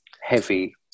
heavy